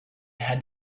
had